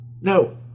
no